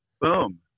Boom